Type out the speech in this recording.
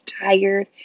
tired